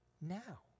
now